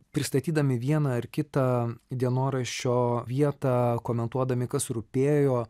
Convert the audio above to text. pristatydami vieną ar kitą dienoraščio vietą komentuodami kas rūpėjo